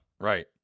right